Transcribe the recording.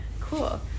Cool